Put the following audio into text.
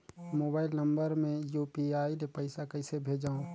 Mobile number मे UPI ले पइसा कइसे भेजवं?